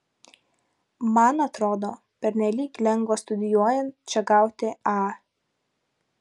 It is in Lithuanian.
man atrodo pernelyg lengva studijuojant čia gauti a